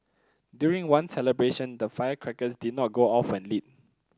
during one celebration the firecrackers did not go off when lit